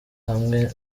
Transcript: hamwe